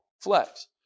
flex